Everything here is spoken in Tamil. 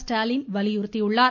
ஸ்டாலின் வலியுறுத்தியுள்ளார்